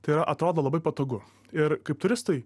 tai yra atrodo labai patogu ir kaip turistui